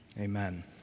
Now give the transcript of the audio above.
amen